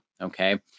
okay